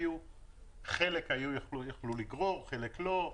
חלק יכלו לגרור, חלק לא,